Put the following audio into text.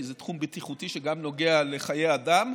כי זה תחום בטיחותי שגם נוגע לחיי אדם.